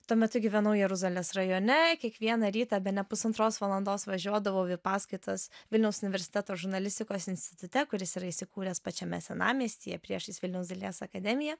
tuo metu gyvenau jeruzalės rajone kiekvieną rytą bene pusantros valandos važiuodavau į paskaitas vilniaus universiteto žurnalistikos institute kuris yra įsikūręs pačiame senamiestyje priešais vilniaus dailės akademiją